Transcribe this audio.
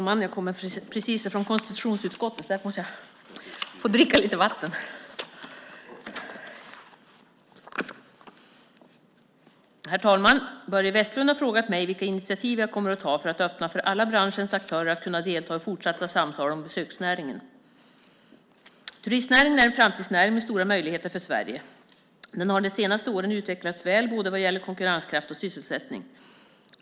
Herr talman! Börje Vestlund har frågat mig vilka initiativ jag kommer att ta för att öppna för alla branschens aktörer att kunna delta i fortsatta samtal om besöksnäringen. Turistnäringen är en framtidsnäring med stora möjligheter för Sverige. Den har de senaste åren utvecklats väl, både vad gäller konkurrenskraft och sysselsättning.